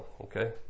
okay